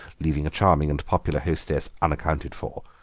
leaving a charming and popular hostess unaccounted for.